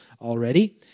already